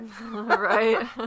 Right